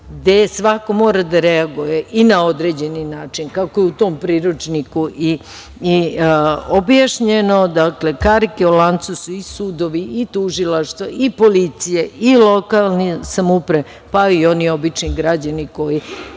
gde svako mora da reaguje na određeni način, kako je u tom priručniku i objašnjeno. Dakle, karike u lancu su i sudovi, i tužilaštvo, i policija, i lokalne samouprave, pa i oni obični građani koji